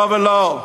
לא ולא,